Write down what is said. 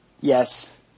Yes